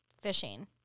fishing